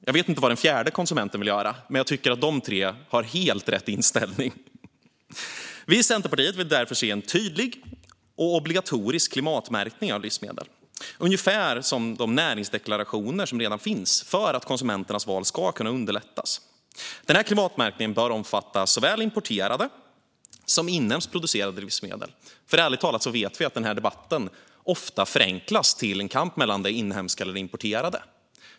Jag vet inte vad den fjärde konsumenten vill göra, men jag tycker att de tre har helt rätt inställning. Vi i Centerpartiet vill därför se en tydlig och obligatorisk klimatmärkning av livsmedel, ungefär som de näringsdeklarationer som redan finns för att underlätta konsumenternas val. Denna klimatmärkning bör omfatta såväl importerade som inhemskt producerade livsmedel, för ärligt talat vet vi ju att denna debatt ofta förenklas till en kamp mellan det inhemska och det importerade.